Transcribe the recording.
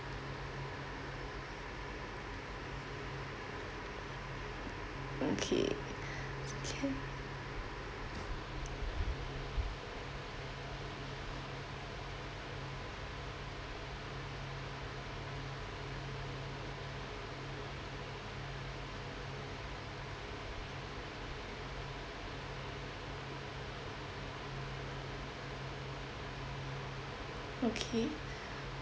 okay can okay